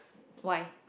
why